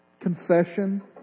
Confession